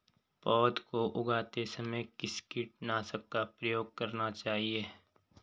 पौध को उगाते समय किस कीटनाशक का प्रयोग करना चाहिये?